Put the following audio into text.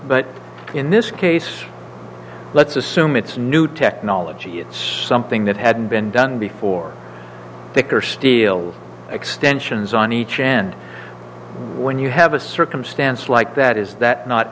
but in this case let's assume it's new technology it's something that hadn't been done before victor steels extensions on each end when you have a circumstance like that is that not